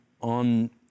on